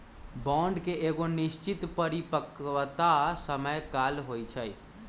bond के एगो निश्चित परिपक्वता समय काल होइ छइ